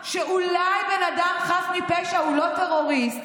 שאולי בן אדם חף מפשע הוא לא טרוריסט,